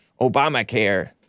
Obamacare